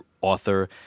author